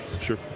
sure